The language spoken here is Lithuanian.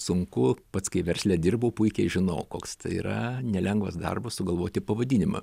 sunku pats kai versle dirbau puikiai žinau koks tai yra nelengvas darbas sugalvoti pavadinimą